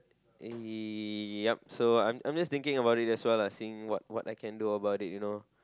yep so I'm I'm just thinking about it that's why lah see what what I can do about it you know